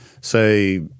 Say